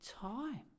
time